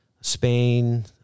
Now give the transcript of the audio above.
Spain